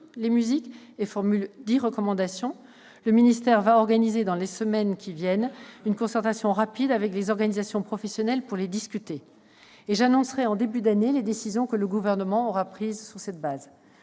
les musiques et formule dix recommandations. Le ministère organisera dans les semaines qui viennent une concertation rapide avec les organisations professionnelles pour en discuter. J'annoncerai en début d'année les décisions que le Gouvernement aura prises sur cette base.